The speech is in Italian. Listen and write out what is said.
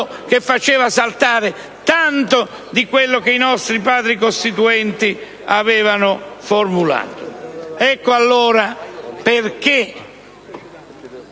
che faceva saltare tanto di quello che i nostri Padri costituenti avevano formulato. Ecco perché